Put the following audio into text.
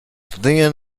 then